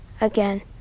again